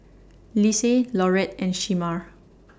Lise Laurette and Shemar